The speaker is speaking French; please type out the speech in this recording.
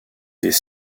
des